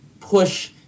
push